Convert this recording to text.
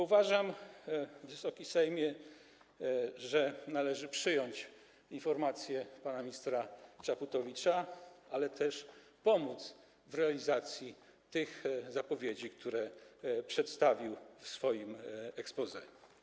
Uważam, Wysoki Sejmie, że należy przyjąć informację pana ministra Czaputowicza, ale też pomóc w realizacji tych zapowiedzi, które przedstawił w swoim exposé.